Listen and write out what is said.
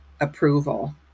approval